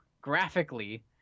graphically